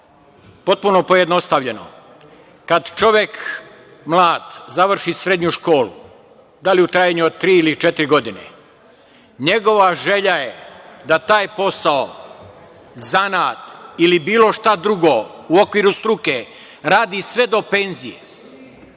potpuno pojednostavljeno, kad mlad čovek završi srednju školu, da li u trajanju od tri ili četiri godine, njegova želja je da taj posao, zanat ili bilo šta drugo u okviru struke radi sve do penzije.